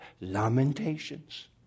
Lamentations